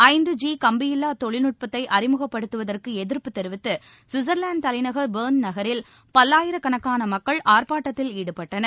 ஐந்து ஜி கம்பியில்லா தொழில்நுட்பத்தை அறிமுகப்படுத்துவற்கு எதிர்ப்பு தெரிவித்து கவிட்சர்லாந்து தலைநகர் பர்ன் நகரில் பல்லாயிரக்கணக்கான மக்கள் ஆர்ப்பாட்டத்தில் ஈடுபட்டனர்